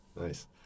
Nice